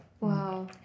Wow